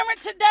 today